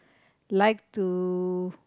like to